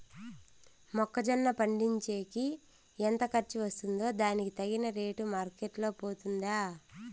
మొక్క జొన్న పండించేకి ఎంత ఖర్చు వస్తుందో దానికి తగిన రేటు మార్కెట్ లో పోతుందా?